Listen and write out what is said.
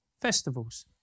festivals